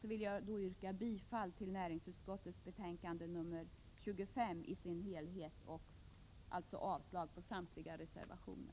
Jag vill yrka bifall till hemställan i näringsutskottets betänkande 24 i dess helhet och avslag på samtliga reservationer.